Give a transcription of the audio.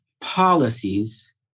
policies